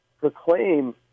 proclaim